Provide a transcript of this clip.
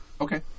okay